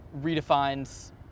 redefines